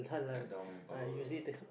cut down manpower